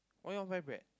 why you want buy bread